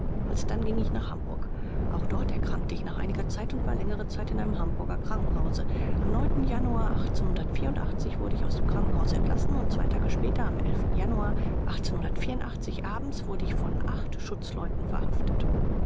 alsdann ging ich nach hamburg auch dort erkrankte ich nach einiger zeit und war längere zeit in einem hamburger krankenhause am januar wurde ich aus dem krankenhause entlassen und zwei tage später am januar abends wurde ich von schutzleuten verhaftet